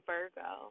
Virgo